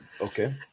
Okay